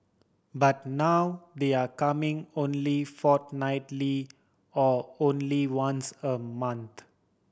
but now they're coming only fortnightly or only once a month